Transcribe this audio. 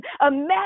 Imagine